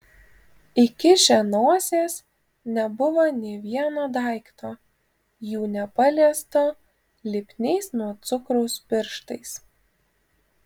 įkišę nosies nebuvo nė vieno daikto jų nepaliesto lipniais nuo cukraus pirštais